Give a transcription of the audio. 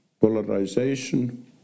polarization